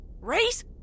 race